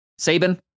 Saban